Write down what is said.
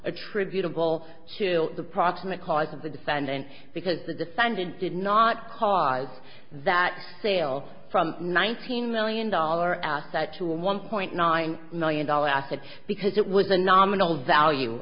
attributable to the proximate cause of the defendant because the defendant did not cause that sale from nineteen million dollar asset to a one point nine million dollars asset because it was the nominal value